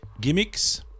gimmicks